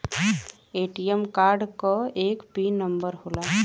ATM card क एक pin number होला